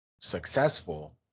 successful